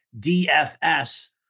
DFS